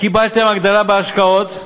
קיבלתם הגדלה בהשקעות,